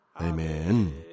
Amen